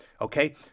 okay